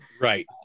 Right